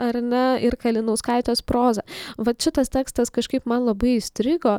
ar ne ir kalinauskaitės prozą vat šitas tekstas kažkaip man labai įstrigo